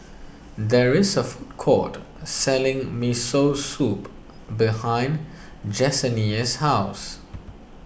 there is a food court selling Miso Soup behind Jessenia's house